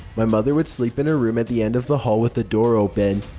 my mother would sleep in her room at the end of the hall with the door open,